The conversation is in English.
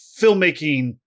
filmmaking